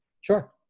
Sure